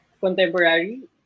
contemporary